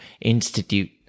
institute